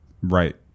right